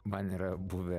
man yra buvę